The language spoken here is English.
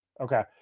Okay